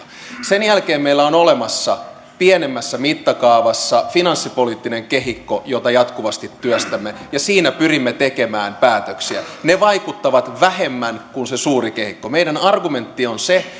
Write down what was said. sen jälkeen meillä on olemassa pienemmässä mittakaavassa finanssipoliittinen kehikko jota jatkuvasti työstämme ja siinä pyrimme tekemään päätöksiä ne vaikuttavat vähemmän kuin se suuri kehikko meidän argumenttimme on se